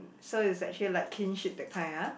so is actually like kinship that kind ah